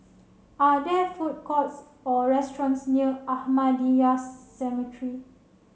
are there food courts or restaurants near Ahmadiyya Cemetery